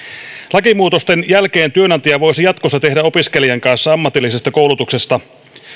lakimuutosten jälkeen työnantaja voisi jatkossa tehdä opiskelijan kanssa ammatillisesta koulutuksesta annetussa